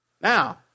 Now